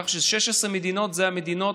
כך ש-16 מדינות הן המדינות